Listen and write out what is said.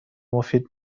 مفید